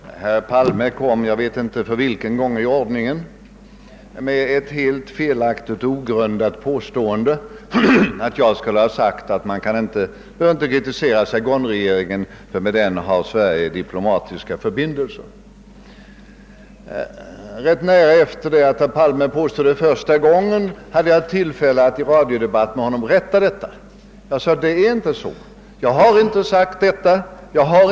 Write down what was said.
Herr talman! Herr Palme gjorde — jag vet inte för vilken gång i ordningen — det helt felaktiga och ogrundade påståendet att jag sagt att vi inte bör kritisera Saigon-regeringen därför att Sverige har diplomatiska förbindelser med den. Ganska snart efter det att herr Palme gjort det påståendet första gången hade jag tillfälle att rätta den felaktigheten i en radiodebatt med honom. Jag förklarade då att jag inte hade sagt eller menat så.